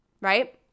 right